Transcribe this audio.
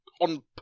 on